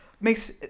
makes